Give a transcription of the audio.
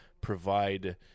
provide